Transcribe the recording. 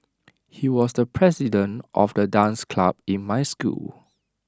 he was the president of the dance club in my school